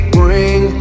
bring